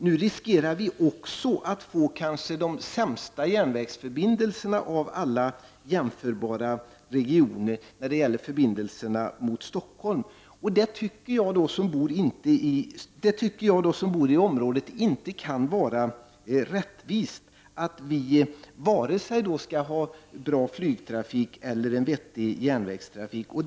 Nu riskerar vi också att av alla jämförbara regioner få de kanske sämsta järnvägsförbindelserna mot Stockholm. Jag som bor i området tycker att det inte kan vara rättvist att vi varken skall ha bra flygtrafik eller en vettig järnvägstrafik.